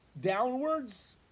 downwards